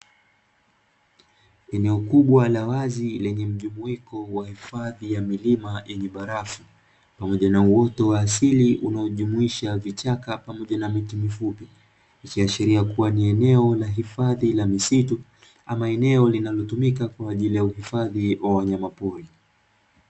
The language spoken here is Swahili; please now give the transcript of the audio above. Eneo kubwa la wazi lenye mjumuiko wa hifadhi ya milima yenye barafu pamoja na uoto wa asili unaojumuisha vichaka pamoja na miti mifupi. Ikiashiria kuwa ni eneo la hifadhi la misitu ama eneo linalotumika kwa ajili ya uhifadhi wa wanyamapori.